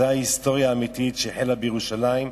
זאת ההיסטוריה האמיתית שהחלה בירושלים.